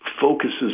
focuses